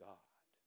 God